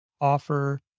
offer